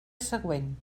següent